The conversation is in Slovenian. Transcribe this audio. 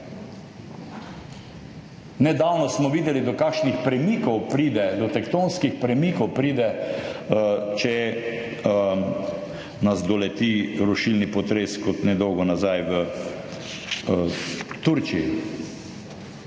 Nedavno smo videli do kakšnih premikov pride, do tektonskih premikov pride, če nas doleti rušilni potres, kot nedolgo nazaj v Turčiji.